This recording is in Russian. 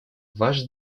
ваш